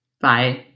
Bye